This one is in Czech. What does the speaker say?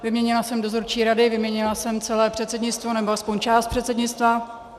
Vyměnila jsem dozorčí rady, vyměnila jsem celé předsednictvo, nebo aspoň část předsednictva...